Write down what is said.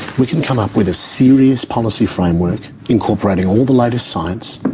we can come up with a serious policy framework, incorporating all the latest science,